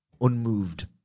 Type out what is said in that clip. unmoved